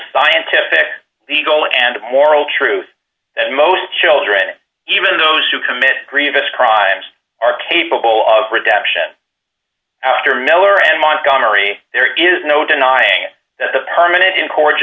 scientific legal and moral truth that most children even those who commit grievous crimes are capable of redemption after miller and montgomery there is no denying that the permanent in corage